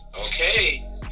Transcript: Okay